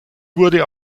wurde